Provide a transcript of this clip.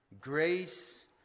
grace